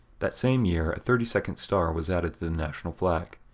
that same year, a thirty second star was added to the national flag.